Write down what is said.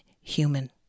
human